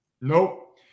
Nope